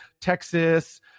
Texas